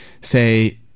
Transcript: say